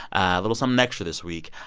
a little something extra this week.